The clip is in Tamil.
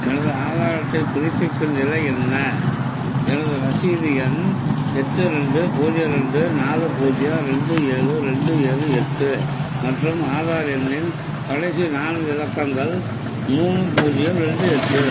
எனது ஆதார் அட்டை புதுப்பிப்பின் நிலை என்ன எனது ரசீது எண் எட்டு ரெண்டு பூஜ்ஜியம் ரெண்டு நாலு பூஜ்ஜியம் ரெண்டு ஏழு ரெண்டு ஏழு எட்டு மற்றும் ஆதார் எண்ணின் கடைசி நான்கு இலக்கங்கள் மூணு பூஜ்ஜியம் ரெண்டு எட்டு